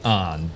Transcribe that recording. on